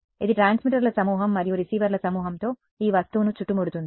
ఇది ట్రాన్స్మిటర్ల సమూహం మరియు రిసీవర్ల సమూహంతో ఈ వస్తువును చుట్టుముడుతుంది